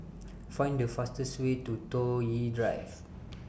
Find The fastest Way to Toh Yi Drive